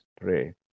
pray